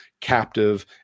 captive